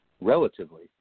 relatively